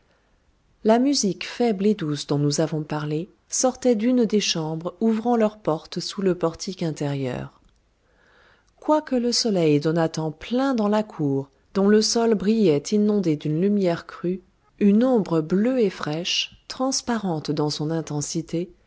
la musique faible et douce dont nous avons parlé sortait d'une des chambres ouvrant leur porte sous le portique intérieur quoique le soleil donnât en plein dans la cour dont le sol brillait inondé d'une lumière crue une ombre bleue et fraîche transparente dans son intensité